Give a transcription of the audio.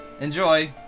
Enjoy